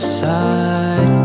side